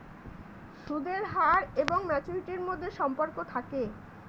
সুদের হার এবং ম্যাচুরিটির মধ্যে সম্পর্ক থাকে